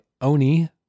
Oni